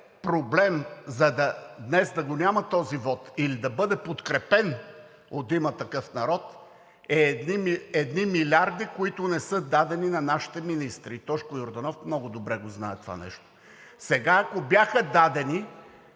проблем – днес да го няма този вот или да бъде подкрепен от „Има такъв народ“, е едни милиарди, които не са дадени на нашите министри. И Тошко Йорданов много добре го знае това нещо. ДЖЕЙХАН ИБРЯМОВ